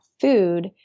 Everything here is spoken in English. food